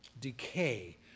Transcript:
Decay